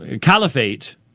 caliphate